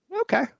Okay